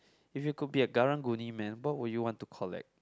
if you could be a Karang-Guni man what would you want to collect